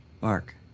Mark